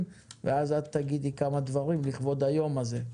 ואז את תגידי כמה דברים לכבוד היום הזה.